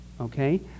okay